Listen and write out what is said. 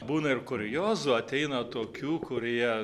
būna ir kuriozų ateina tokių kurie